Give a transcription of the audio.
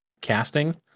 casting